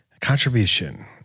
contribution